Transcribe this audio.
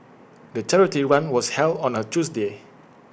the charity run was held on A Tuesday